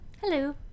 Hello